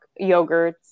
yogurts